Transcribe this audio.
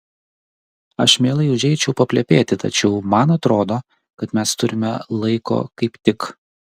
aš mielai užeičiau paplepėti tačiau man atrodo kad mes turime laiko kaip tik